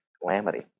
calamity